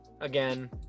again